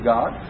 God